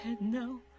No